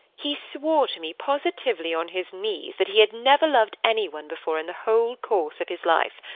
he swore to me positively on his knees that he had never loved any one before in the whole course of his life.